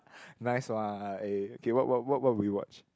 nice what eh okay what what what would you watch